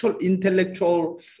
intellectual